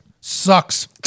Sucks